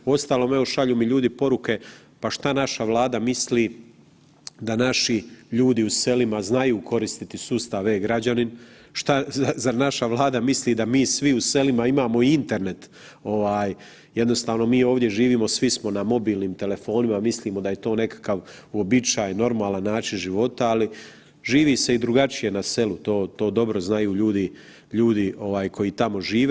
Uostalom, evo šalju mi ljudi poruke, pa šta naša Vlada misli da naši ljudi u selima znaju koristiti sustav e-građanin, zar naša Vlada misli da mi svi u selima imamo Internet ovaj jednostavno mi ovdje živimo, svi smo na mobilnim telefonima, mislimo da je to nekakav uobičajen, normalan način života, ali živi se i drugačije na selu, to, to dobro znaju ljudi, ljudi ovaj koji tamo žive.